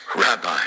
Rabbi